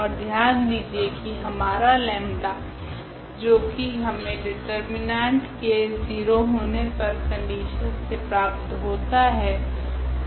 ओर ध्यान दीजिए की हमारा लेम्डा 𝜆 जो की हमे डिटर्मिनेंट के 0 होने की कंडीशन से प्राप्त होता है